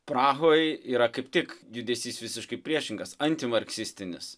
prahoj yra kaip tik judesys visiškai priešingas antimarksistinis